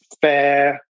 fair